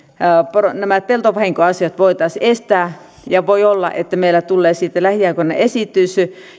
nämä peltovahinkoasiat voitaisiin estää ja voi olla että meillä tulee siitä lähiaikoina esitys